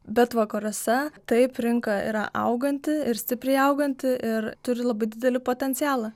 bet vakaruose taip rinka yra auganti ir stipriai auganti ir turi labai didelį potencialą